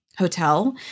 hotel